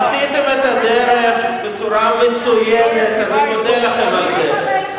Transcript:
עשיתם את הדרך בצורה מצוינת, אני מודה לכם על זה.